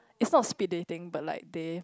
it's not speed dating but like they